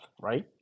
right